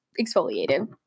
exfoliated